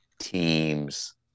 teams